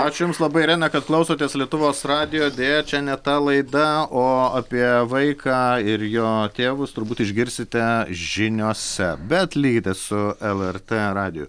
ačiū jums labai irena kad klausotės lietuvos radijo deja čia ne ta laida o apie vaiką ir jo tėvus turbūt išgirsite žiniose bet likite su lrt radiju